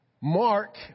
Mark